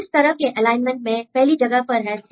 इस तरह के एलाइनमेंट में पहली जगह पर है C